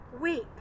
weep